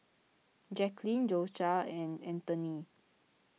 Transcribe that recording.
Jacklyn Dosha and Antoine